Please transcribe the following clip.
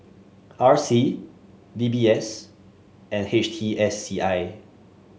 R C D B S and H T S C I